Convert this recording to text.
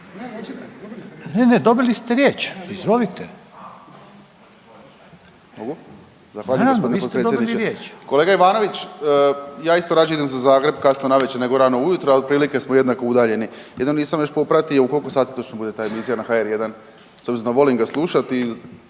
vi ste dobili riječ./... Zahvaljujem g. potpredsjedniče. Kolega Ivanović, ja isto rađe idem za Zagreb kasno navečer nego rano ujutro, a otprilike smo jednako udaljeni, jedino nisam još popratio u koliko sati točno bude ta emisija na HR1? S obzirom da volim ga slušati,